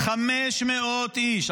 500 איש,